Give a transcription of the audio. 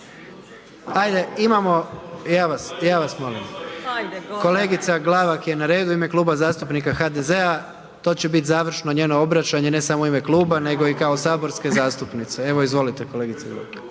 Ajde imamo, ja vas molim, kolegica Glavak je na redu, u ime Kluba zastupnika HDZ-a. To će biti završno njeno obraćanje ne samo u ime kluba nego i kao saborske zastupnice. Evo izvolite kolegice. **Glavak,